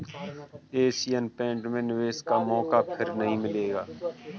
Asian Paint में निवेश का मौका फिर नही मिलेगा